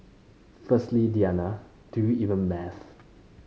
firstly Diana do you even math